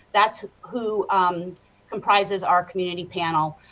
that is who comprises our community panel,